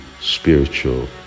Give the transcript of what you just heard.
spiritual